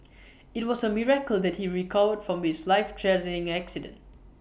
IT was A miracle that he recovered from his life threatening accident